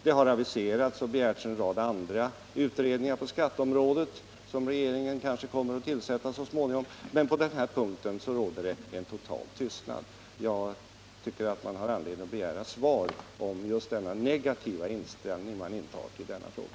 Det har aviserats och begärts en rad andra utredningar på skatteområdet som regeringen kanske kommer att tillsätta så småningom, men på den här punkten råder en total tystnad. Jag tycker alltså att man har anledning att begära svar om den negativa inställningen i denna fråga.